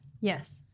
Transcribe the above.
Yes